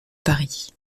paris